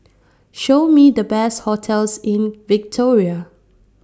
Show Me The Best hotels in Victoria